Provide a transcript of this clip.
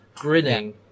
grinning